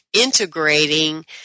integrating